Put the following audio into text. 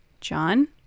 John